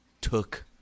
took